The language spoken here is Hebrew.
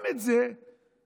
גם את זה קראו,